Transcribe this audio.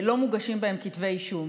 לא מוגשים בהם כתבי אישום,